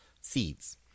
Seeds